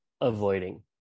avoiding